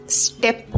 step